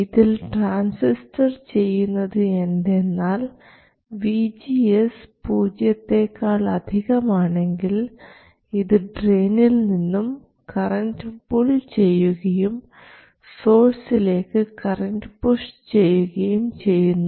ഇതിൽ ട്രാൻസിസ്റ്റർ ചെയ്യുന്നത് എന്തെന്നാൽ vgs പൂജ്യത്തെക്കാൾ അധികം ആണെങ്കിൽ ഇത് ഡ്രെയിനിൽ നിന്നും കറൻറ് പുൾ ചെയ്യുകയും സോഴ്സിലേക്ക് കറൻറ് പുഷ് ചെയ്യുകയും ചെയ്യുന്നു